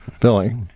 Billy